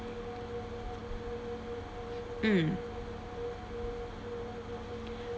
mm